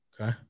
Okay